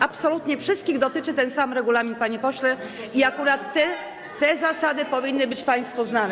Absolutnie wszystkich dotyczy ten sam regulamin, panie pośle, i akurat te zasady powinny być państwu znane.